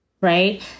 right